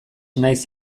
naiz